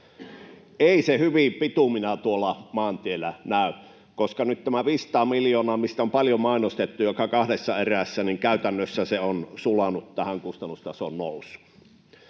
Ei se hyvin bitumina tuolla maantiellä näy, koska nyt tämä 500 miljoonaa, mitä on paljon mainostettu, kahdessa erässä, on käytännössä sulanut kustannustason nousuun.